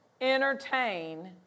entertain